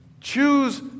Choose